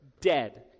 dead